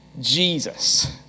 Jesus